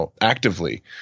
actively